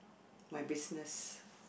my business